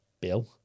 bill